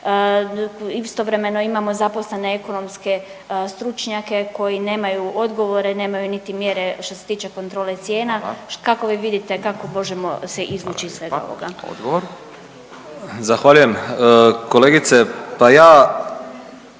istovremeno imamo zaposlene ekonomske stručnjake koji nemaju odgovore, nemaju niti mjere što se tiče kontrole cijena .../Upadica: Hvala./... kako vi vidite kako možemo se izvući iz svega ovoga? **Radin, Furio